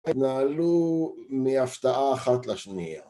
נעלו מהפתעה אחת לשנייה